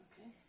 Okay